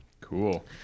Cool